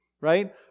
right